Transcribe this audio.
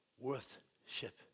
worth-ship